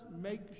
make